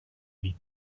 vida